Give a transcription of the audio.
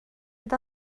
fod